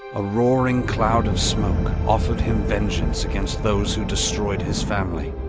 a roaring cloud of smoke offered him vengeance against those who destroyed his family.